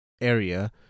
area